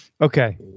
Okay